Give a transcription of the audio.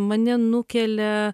mane nukelia